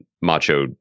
macho